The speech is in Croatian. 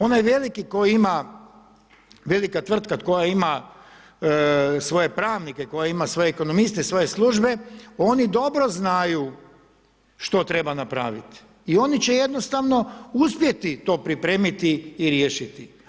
Oni veliki koji ima, velika tvrtka koja ima svoje pravnike, koja ima svoje ekonomiste svoje službe, oni dobro znaju što treba napraviti i oni će jednostavno uspjeti to pripremiti i riješiti.